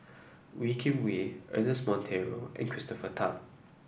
Wee Kim Wee Ernest Monteiro and Christopher Tan